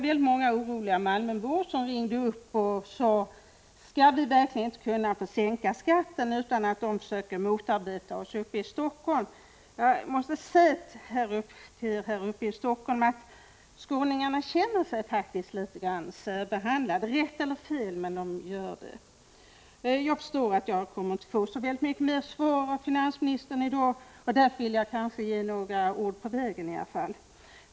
Väldigt många oroliga malmöbor ringde upp och sade: ”Skall vi verkligen inte få sänka skatten nu utan att de försöker motarbeta oss uppe i Helsingfors?” Jag måste få säga till er här uppe i Helsingfors att skåningarna faktiskt känner sig litet särbehandlade — det må vara rätt eller fel, men det gör de. Jag förstår att jag inte kommer att få särskilt mycket ytterligare svar av finansministern i dag, men jag kanske kan få ge några ord på vägen.